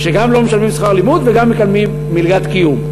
שגם לא משלמים שכר לימוד וגם מקבלים מלגת קיום.